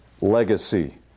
legacy